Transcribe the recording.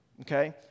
Okay